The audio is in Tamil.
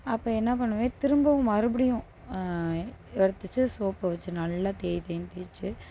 அப்போ என்ன பண்ணுவேன் திரும்பவும் மறுபடியும் எடுத்து வச்சு சோப்பு வச்சு நல்லா தேய் தேய்னு தேய்ச்சு